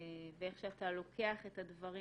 ואיך שאתה לוקח את הדברים